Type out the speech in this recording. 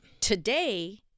today